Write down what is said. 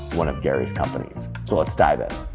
one of gary's companies. so let's dive in.